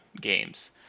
games